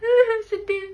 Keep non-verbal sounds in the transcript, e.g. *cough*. *noise* sedih